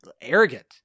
arrogant